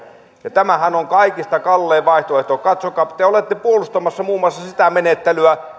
tämähän on kaikista kallein vaihtoehto te olette puolustamassa muun muassa sitä menettelyä